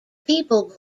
people